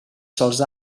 sols